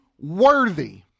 worthy